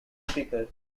speaker